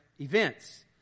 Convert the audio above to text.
events